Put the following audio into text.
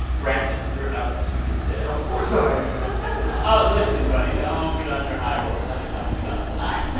brakkton, you're up to two to zip of course i am listen, buddy, don't get on your high horse. i've been helping you out a lot